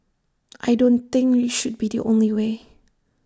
I don't think should be the only way